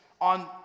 on